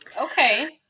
Okay